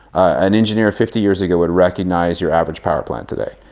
an engineer fifty years ago would recognize your average power plant today.